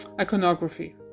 iconography